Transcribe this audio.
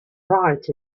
right